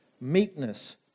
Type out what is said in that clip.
meekness